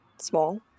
small